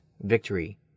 victory